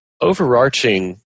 overarching